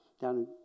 down